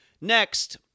Next